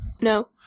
No